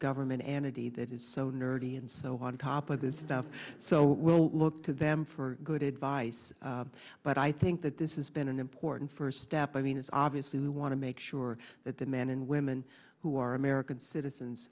government entity that is so nerdy and so on top of this stuff so we'll look to them for good advice but i think that this is been an important first step i mean it's obviously we want to make sure that the men and women who are american citizens